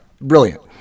brilliant